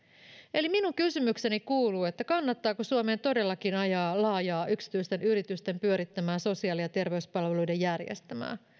eli minun kysymykseni kuuluu kannattaako suomeen todellakin ajaa laajaa yksityisten yritysten pyörittämää sosiaali ja terveyspalveluiden järjestelmää